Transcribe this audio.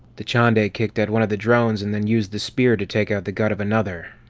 dachande kicked at one of the drones and then used the spear to take out the gut of another.